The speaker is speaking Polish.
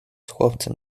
chłopcem